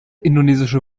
indonesische